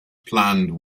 planned